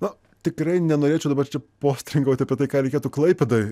na tikrai nenorėčiau dabar čia postringauti apie tai ką reikėtų klaipėdoj